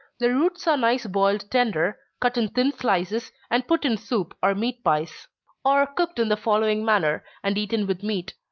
the roots are nice boiled tender, cut in thin slices, and put in soup or meat pies or cooked in the following manner, and eaten with meat.